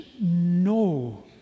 no